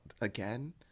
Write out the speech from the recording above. again